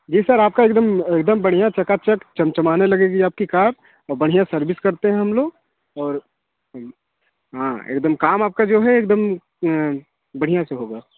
जी sir आपका एकदम एकदम बढ़िया चकाचक चमचमाने लगेगी आपकी कार और बढ़िया सर्विस करते है हम लोग और हाँ एकदम काम आपका जो है एकदम बढ़िया से होगा